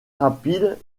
rapide